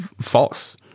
false